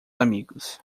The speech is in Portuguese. amigos